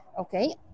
Okay